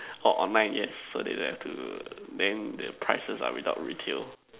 orh online yes so they didn't have to then their prices are on retail